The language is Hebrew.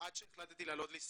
עד שהחלטתי לעלות לישראל.